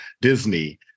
Disney